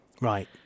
Right